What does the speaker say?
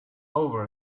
over